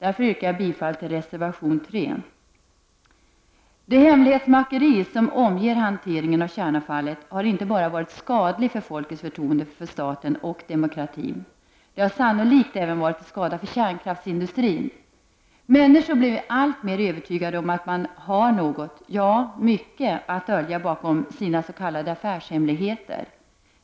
Jag yrkar därför bifall till reservation 3. Det hemlighetsmakeri som omger hanteringen av kärnavfallet har inte bara varit skadligt för folkets förtroende för staten och demokratin. Det har sannolikt även varit till skada för kärnkraftsindustrin. Människor blir alltmer övertygade om att det finns mycket att dölja bakom de s.k. affärshemligheterna.